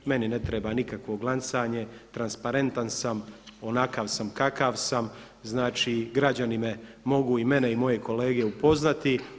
Meni ne treba nikakvo glancanje, transparentan sam onakav kakav sam, građani me mogu i mene i moje kolege upoznati.